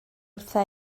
wrtha